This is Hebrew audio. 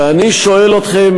ואני שואל אתכם,